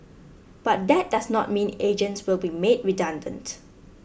but that does not mean agents will be made redundant